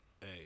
Hey